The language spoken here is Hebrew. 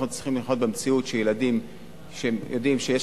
אנחנו צריכים לחיות במציאות שילדים שיודעים שיש